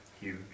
Huge